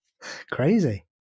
Crazy